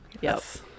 yes